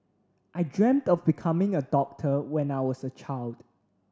I dreamt of becoming a doctor when I was a child